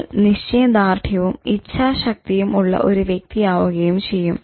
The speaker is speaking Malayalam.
നിങ്ങൾ നിശ്ചയദാർഢ്യവും ഇച്ഛാശക്തിയും ഉള്ള ഒരു വ്യക്തിയാകുകയും ചെയ്യും